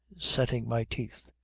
setting my teeth.